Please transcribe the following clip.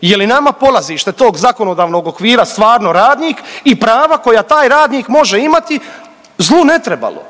Je li nama polazište tog zakonodavnog okvira stvarno radnik i prava koja taj radnik može imati zlu ne trebalo.